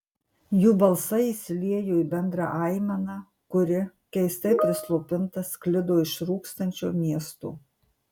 jų balsai įsiliejo į bendrą aimaną kuri keistai prislopinta sklido iš rūkstančio miesto